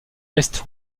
est